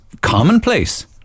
commonplace